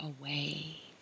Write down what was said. away